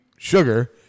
sugar